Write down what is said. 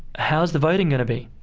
how's the voting going to be?